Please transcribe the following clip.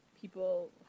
people